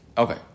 Okay